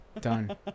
done